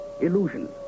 Illusion